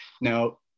Now